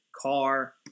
car